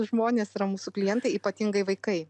žmonės yra mūsų klientai ypatingai vaikai